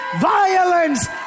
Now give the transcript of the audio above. violence